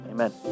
Amen